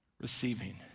receiving